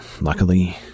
luckily